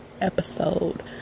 episode